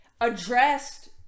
addressed